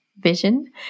vision